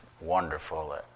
wonderful